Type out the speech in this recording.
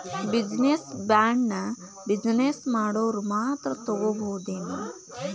Business ಬಾಂಡ್ನ business ಮಾಡೊವ್ರ ಮಾತ್ರಾ ತಗೊಬೊದೇನು?